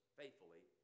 faithfully